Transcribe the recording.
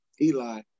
Eli